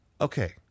Okay